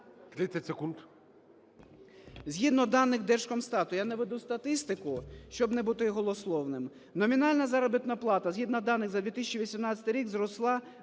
30 секунд.